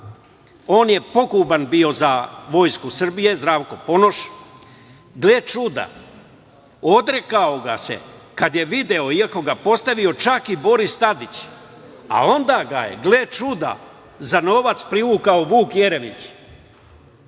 on je poguban bio za Vojsku Srbije, Zdravko Ponoš. Gle čuda, odrekao ga se kad je video, iako ga postavio čak i Boris Tadić. Onda ga je, gle čuda, za novac privukao Vuk Jeremić.